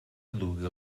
dugué